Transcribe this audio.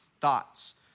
thoughts